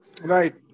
Right